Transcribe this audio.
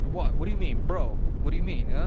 what what do you mean, bro? what do you mean? yeah